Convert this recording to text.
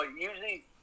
Usually